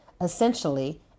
essentially